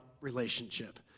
relationship